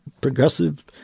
progressive